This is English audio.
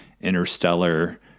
interstellar